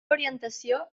orientació